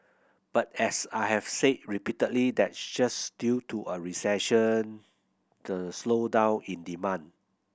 but as I have said repeatedly that's just due to a recession the slowdown in demand